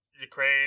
Ukraine